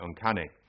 uncanny